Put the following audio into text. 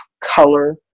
color